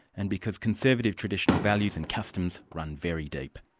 and because conservative traditional values and customs run very deep.